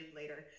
later